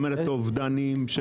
אובדנים?